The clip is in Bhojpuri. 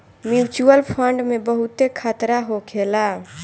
म्यूच्यूअल फंड में बहुते खतरा होखेला